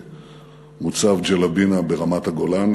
במוצב ג'לבינה ברמת-הגולן,